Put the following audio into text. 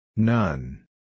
None